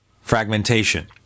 fragmentation